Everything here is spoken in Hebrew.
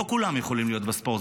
לא כולם יכולים להיות בספורט,